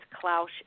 Klaus